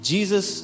Jesus